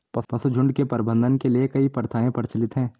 पशुझुण्ड के प्रबंधन के लिए कई प्रथाएं प्रचलित हैं